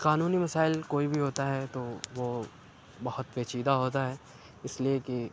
قانونی مسائل کوئی بھی ہوتا ہے تو وہ بہت پیچیدہ ہوتا ہے اس لیے کہ